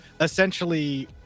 essentially